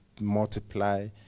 multiply